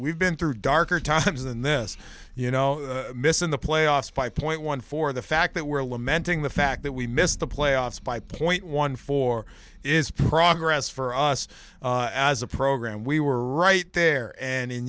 've been through darker times than this you know miss in the playoffs five point one four the fact that were lamenting the fact that we missed the playoffs by point one four is progress for us as a program we were right there and in